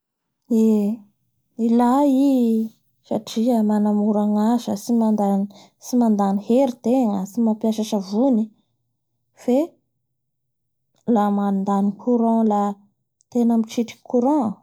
Eeee! Ilay i satria manamora ny asa tsy mandany hery tegna tsy mampiasa savony fe la mandany courant la tena mitritriky courant.